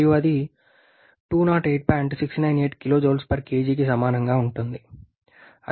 698 kJkgకి సమానం అవుతుంది